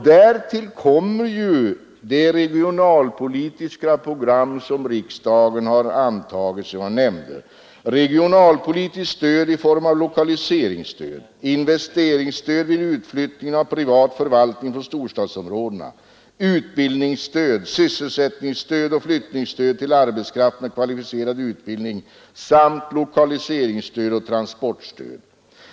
Därtill kommer ju det regionalpolitiska program som riksdagen har antagit: regionalpolitiskt stöd i form av lokaliseringsstöd, investeringsstöd vid utflyttning av privat förvaltning från storstadsområdena, utbildningsstöd, sysselsättningsstöd och flyttningsstöd till arbetskraft med kvalificerad utbildning samt lokaliseringsstöd och transportstöd.